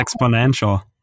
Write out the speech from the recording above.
exponential